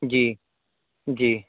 جی جی